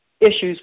issues